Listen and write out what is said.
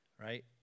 right